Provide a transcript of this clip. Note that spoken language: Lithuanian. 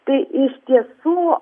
tai iš tiesų